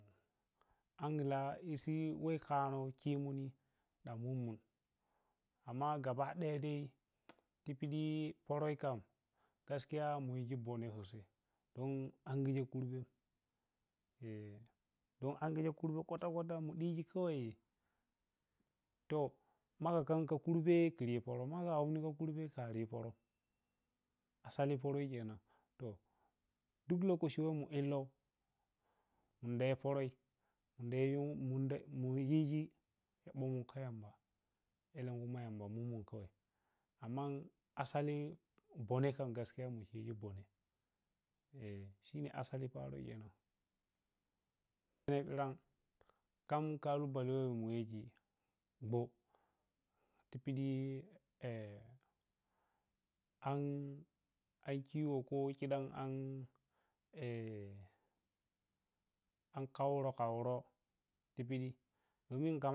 Angilah esi weh khoro khimunni ɗa mun mun amma gaba daya dai ti piɗi pərə khan gaskiya mu yiji ɓone so sai don angijem kurbe angigem kurbe kwata kwata mu ɗighi kawai to makha khan kha kurbe khiri pərə magha angigem kurbe khariyi poroj asali pərə khenan to duk lokaci weh mu illoh munda yi pərji munda mu yiji ma mu kha yamba, alenkhu kha yamba mun mo khawai amma asali bone kham gaskiya mu khighi bane shine asali paroh khenan ɓiyan khem kalubale weh mu yiji gwo ti pidi an kiwo kho khidan an khauro khauro ti piɗi damin kan.